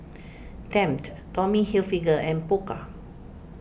Tempt Tommy Hilfiger and Pokka